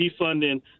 defunding